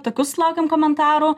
tokių sulaukiam komentarų